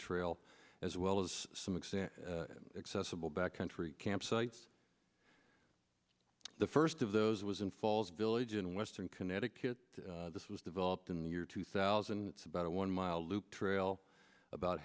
trail as well as some extent accessible back country campsites the first of those was in falls billet in western connecticut this was developed in the year two thousand about a one mile loop trail about